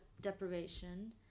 deprivation